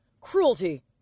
cruelty